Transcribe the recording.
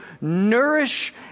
nourish